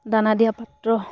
দানা দিয়া পাত্ৰ